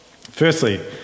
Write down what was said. Firstly